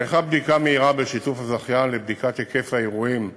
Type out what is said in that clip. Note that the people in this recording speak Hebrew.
נערכה בדיקה מהירה בשיתוף הזכיין לבדיקת היקף האירועים בצומת,